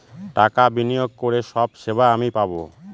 টাকা বিনিয়োগ করে সব সেবা আমি পাবো